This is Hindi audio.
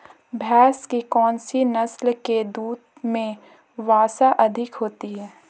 भैंस की कौनसी नस्ल के दूध में वसा अधिक होती है?